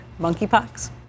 monkeypox